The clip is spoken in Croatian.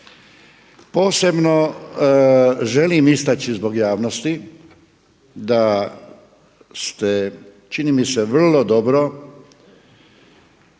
Posebno želim istaći zbog javnosti da ste čini mi se vrlo dobro